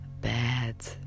bad